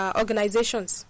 organizations